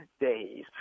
days